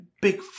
big